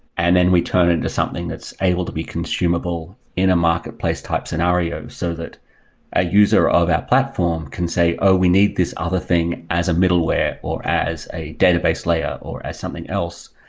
and then we turn it into something that's able to be consumable in a marketplace-type scenario, so that a user of that platform can say, oh, we need this other thing as a middleware, or as a database layer, or as something else.